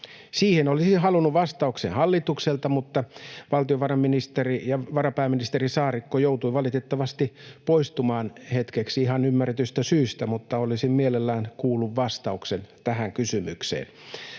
siihen olisin halunnut vastauksen hallitukselta. Valtiovarainministeri ja varapääministeri Saarikko joutui valitettavasti poistumaan hetkeksi ihan ymmärrettävästä syystä, mutta olisin mielelläni kuullut vastauksen tähän kysymykseen.